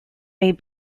may